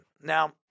Now